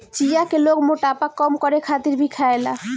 चिया के लोग मोटापा कम करे खातिर भी खायेला